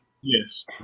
Yes